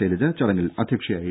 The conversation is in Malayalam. ശൈലജ ചടങ്ങിൽ അധ്യക്ഷയായിരുന്നു